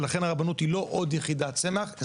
ולכן מועצת הרבנות היא לא עוד יחידת סמך,